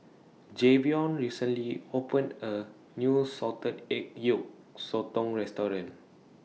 Jayvion recently opened A New Salted Egg Yolk Sotong Restaurant